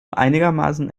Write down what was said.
einigermaßen